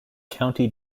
county